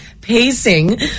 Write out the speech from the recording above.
pacing